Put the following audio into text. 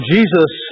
Jesus